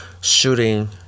shooting